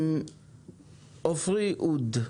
עפרי אוד,